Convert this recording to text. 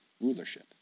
rulership